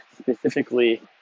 specifically